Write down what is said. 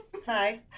Hi